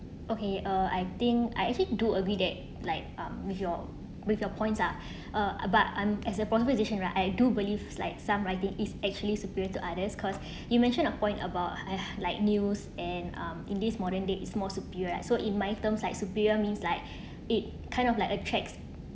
okay uh I think I actually do agree that like um with your with your points are uh but I'm as a proposition right I do beliefs like some writing is actually superior to others cause you mentioned a point about uh like news and um in this modern days is more superior right so in my terms like superior means like it kind of like attracts